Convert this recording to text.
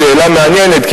שאלה מעניינת,